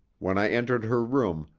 when i entered her room,